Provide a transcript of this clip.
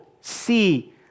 see